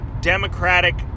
Democratic